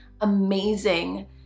Amazing